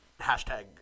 hashtag